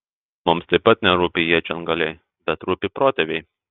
mums taip pat nerūpi iečių antgaliai bet rūpi protėviai